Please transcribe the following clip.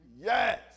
Yes